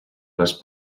les